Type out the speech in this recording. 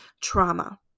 trauma